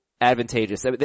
advantageous